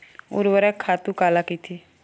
ऊर्वरक खातु काला कहिथे?